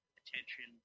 attention